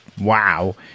wow